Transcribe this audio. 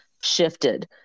shifted